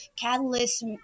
Catalyst